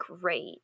great